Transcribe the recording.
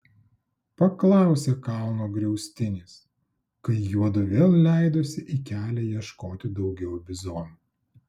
paklausė kalno griaustinis kai juodu vėl leidosi į kelią ieškoti daugiau bizonų